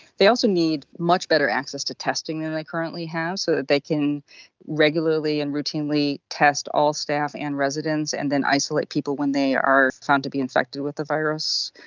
they also need much better access to testing than they currently have so that they can regularly and routinely test all staff and residents and then isolate people when they are found to be infected with the virus.